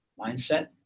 Mindset